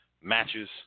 Matches